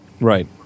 Right